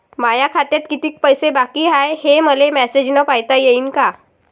माया खात्यात कितीक पैसे बाकी हाय, हे मले मॅसेजन पायता येईन का?